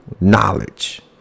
knowledge